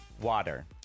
water